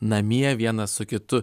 namie vienas su kitu